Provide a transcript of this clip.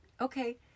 Okay